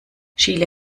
chile